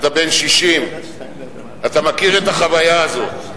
אתה בן 60, אתה מכיר את החוויה הזאת.